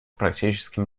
практическим